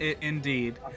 Indeed